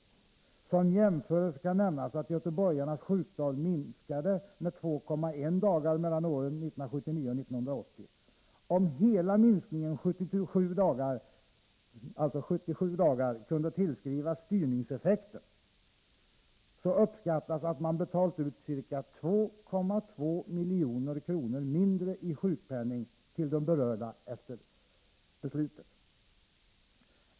Som jämförelse kan nämnas att göteborgarnas sjuktal minskade med 2,1 dgr mellan åren 1979 och 1980. Om hela minskningen 77 dagar kunde tillskrivas ”styrningseffekten” uppskattas att man betalt ut ca 2,2 miljoner kronor mindre i sjukpenning till de berörda året efter beslutet.